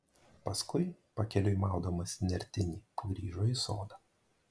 paskui pakeliui maudamasi nertinį grįžo į sodą